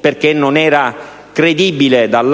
perché non era credibile per